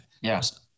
Yes